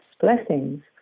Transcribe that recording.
blessings